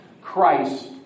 Christ